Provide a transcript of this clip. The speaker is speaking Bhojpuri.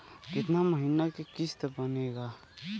कितना महीना के किस्त बनेगा?